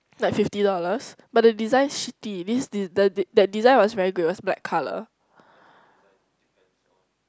like fifty dollars but the design is shitty this the that design was very good it was black colour